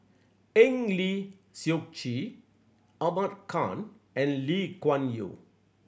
Eng Lee Seok Chee Ahmad Khan and Lee Kuan Yew